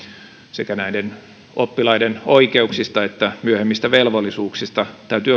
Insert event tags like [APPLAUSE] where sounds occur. sekä näiden oppilaiden oikeuksiin että myöhempiin velvollisuuksiin liittyen täytyy [UNINTELLIGIBLE]